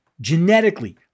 genetically